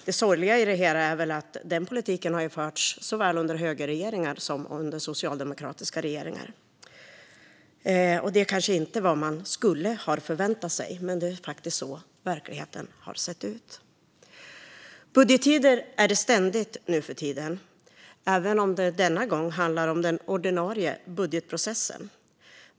Det sorgliga i det hela är väl att den politiken har förts såväl under högerregeringar som under socialdemokratiska regeringar. Det kanske inte var det man skulle ha förväntat sig, men det är faktiskt så verkligheten har sett ut. Budgettider är det ständigt nu för tiden, även om det denna gång handlar om den ordinarie budgetprocessen.